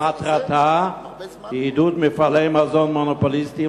מטרתה היא עידוד מפעלי מזון מונופוליסטיים